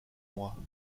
mois